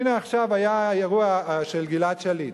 הנה, עכשיו היה אירוע של גלעד שליט.